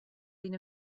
been